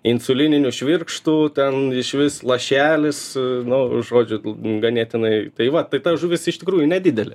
insulininiu švirkštu ten išvis lašelis nu žodžiu l ganėtinai tai va tai ta žuvis iš tikrųjų nedidelė